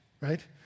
right